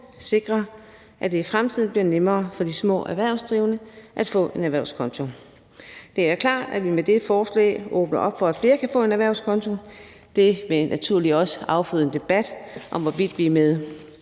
sikrer, at det i fremtiden bliver nemmere for de små erhvervsdrivende at få en erhvervskonto. Det er jo klart, at vi med dette forslag åbner op for, at flere kan få en erhvervskonto, og det vil naturligt også afføde en debat om, hvorvidt vi med